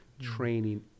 Training